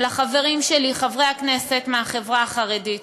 לחברים שלי חברי הכנסת מהחברה החרדית: